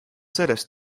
sellest